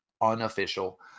unofficial